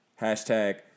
hashtag